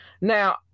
Now